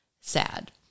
sad